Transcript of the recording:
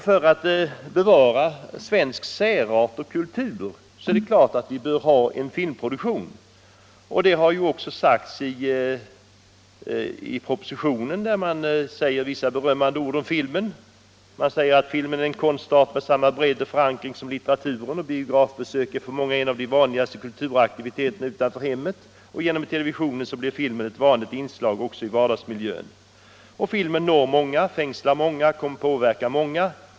För att bevara svensk särart och kultur är det klart att vi bör ha en filmproduktion. Det står också i propositionen vissa berömmande ord om filmen: ”Filmen är en konstart med samma bredd och förankring som litteraturen. Biografbesök är för många en av de vanligaste kulturaktiviteterna utanför hemmet. Genom televisionen blir filmen ett vanligt inslag också i vardagsmiljön. Filmen når många, fängslar många och påverkar många.